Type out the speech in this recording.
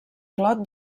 clot